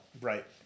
Right